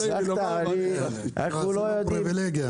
יש לו פריבילגיה.